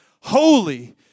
Holy